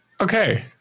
Okay